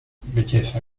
belleza